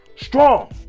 strong